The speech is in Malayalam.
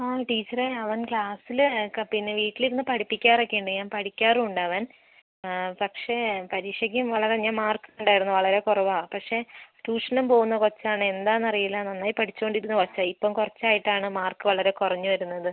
ആ ടീച്ചറേ അവൻ ക്ലാസിൽ ഒക്കെ പിന്നെ വീട്ടിൽ ഇരുന്നു പഠിപ്പിക്കാറൊക്കെ ഉണ്ട് ഞാൻ പഠിക്കാറും ഉണ്ട് അവൻ പക്ഷേ പരീക്ഷയ്ക്ക് വളരെ ഞാൻ മാർക്ക് കണ്ടായിരുന്നു വളരെ കുറവാണ് പക്ഷേ ട്യൂഷനും പോകുന്ന കൊച്ചാണേ എന്താണെന്ന് അറിയില്ല നന്നായി പഠിച്ചു കൊണ്ടിരുന്ന കൊച്ചാണ് ഇപ്പം കുറച്ചായിട്ട് ആണ് മാർക്ക് വളരെ കുറഞ്ഞു വരുന്നത്